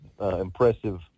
impressive